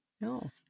No